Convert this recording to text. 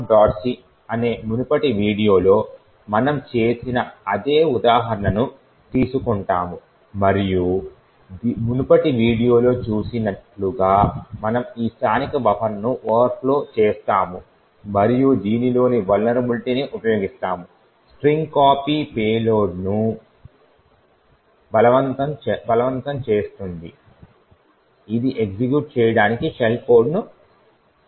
c అనే మునుపటి వీడియోలో మనము చేసిన అదే ఉదాహరణను తీసుకుంటాము మరియు మునుపటి వీడియోలో చూసినట్లుగా మనము ఈ స్థానిక బఫర్ను ఓవర్ఫ్లో చేస్తాము మరియు దీనిలోని వలనరబిలిటీని ఉపయోగిస్తాము స్ట్రింగ్ కాపీ పేలోడ్ను బలవంతం చేస్తుంది ఇది ఎగ్జిక్యూట్ చేయడానికి షెల్ను సృష్టిస్తుంది